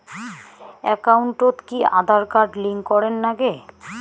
একাউন্টত কি Aadhaar card link করের নাগে?